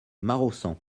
maraussan